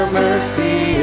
mercy